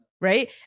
Right